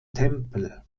tempel